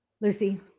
Lucy